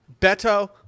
Beto